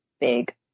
big